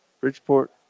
Bridgeport